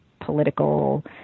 political